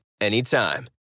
anytime